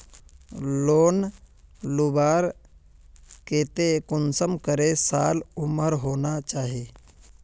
Loan लुबार केते कुंसम करे साल उमर होना चही?